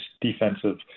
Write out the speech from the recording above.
defensive